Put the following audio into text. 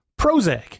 Prozac